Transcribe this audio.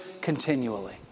continually